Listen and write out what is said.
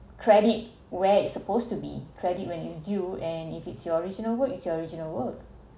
credit where it's supposed to be credit when his due and if it's your original works original work